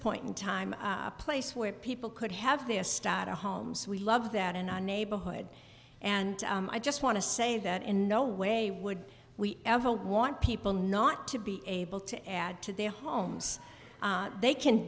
point in time a place where people could have the a stab at homes we love that in our neighborhood and i just want to say that in no way would we ever want people not to be able to add to their homes they can